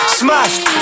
smashed